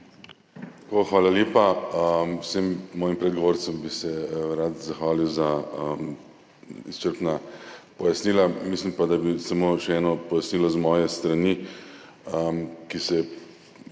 Hvala lepa. Vsem svojim predgovorcem bi se rad zahvalil za izčrpna pojasnila, mislim pa, da bi samo še eno pojasnilo z moje strani, ki v bistvu